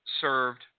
served